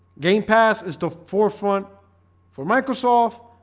game paths is the forefront for microsoft.